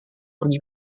pergi